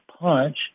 punch